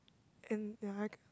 and ya I